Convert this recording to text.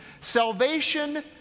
Salvation